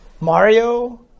mario